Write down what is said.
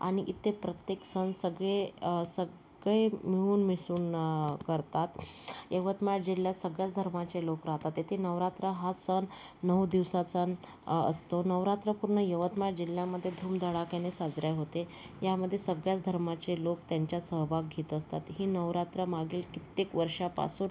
आणि इथे प्रत्येक सण सगळे सगळे मिळून मिसळून करतात यवतमाळ जिल्ह्या सगळ्याच धर्माचे लोक राहतात तिथे नवरात्र हा सण नऊ दिवसाचा न असतो नवरात्र पूर्ण यवतमाळ जिल्ह्यामध्ये धूमधडाक्याने साजरे होते यामधे सगळ्याच धर्माचे लोक त्यांच्यात सहभाग घेत असतात ही नवरात्रामागील कित्येक वर्षापासून